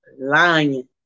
lying